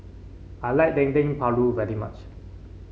I like Dendeng Paru very much